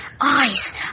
eyes